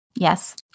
Yes